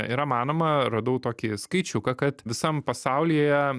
yra manoma radau tokį skaičiuką kad visam pasaulyje